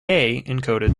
encoded